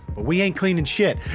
we ain't cleaning shit